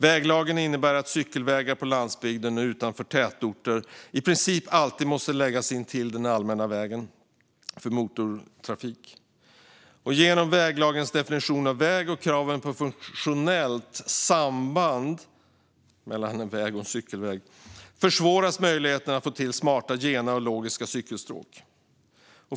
Väglagen innebär att cykelvägar på landsbygden och utanför tätorter i princip alltid måste läggas intill den allmänna vägen för motortrafik. Genom väglagens definition av väg och kraven på funktionellt samband mellan väg och cykelväg försvåras möjligheten att få till smarta, gena och logiska cykelstråk.